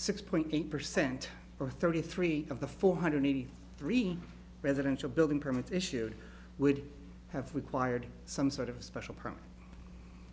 six point eight percent or thirty three of the four hundred eighty three residential building permits issued would have required some sort of special permit